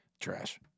Trash